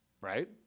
right